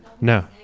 no